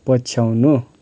पछ्याउनु